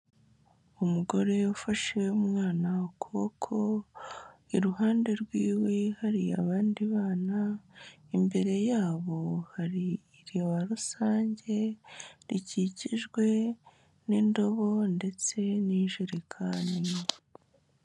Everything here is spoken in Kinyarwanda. Umugore ufashe umwana ukuboko, iruhande rwiwe hari abandi bana, imbere yabo hari iriba rusange, rikikijwe n'indobo ndetse n'injerekani.